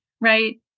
right